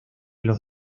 los